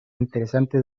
interesante